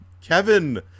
Kevin